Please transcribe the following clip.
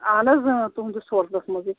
اہن حظ اۭں تُہٕنٛدِس ہوٹلس منٛزٕے